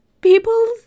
People